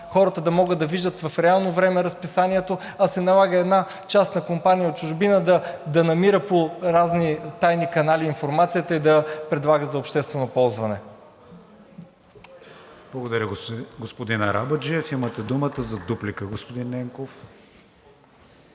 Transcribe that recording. хората да могат да виждат в реално време разписанието, а се налага една частна компания от чужбина да намира по разни тайни канали информацията и да я предлага за обществено ползване. ПРЕДСЕДАТЕЛ КРИСТИАН ВИГЕНИН: Благодаря, господин Арабаджиев. Имате думата за дуплика, господин Ненков.